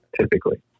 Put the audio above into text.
typically